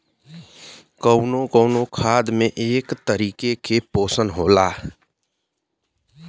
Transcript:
कउनो कउनो खाद में एक तरीके के पोशन होला